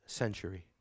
century